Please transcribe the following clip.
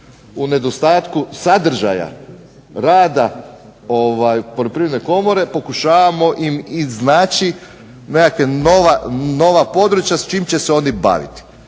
U nedostatku sadržaja rada poljoprivredne komore pokušavamo im iznaći nekakva nova područja s čim će se oni baviti.